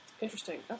Interesting